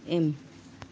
M